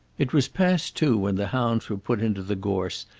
it was past two when the hounds were put into the gorse,